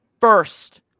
first